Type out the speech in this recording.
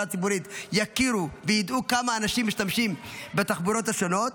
הציבורית יכירו וידעו כמה אנשים משתמשים בתחבורות השונות,